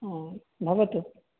हा भवतु